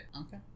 Okay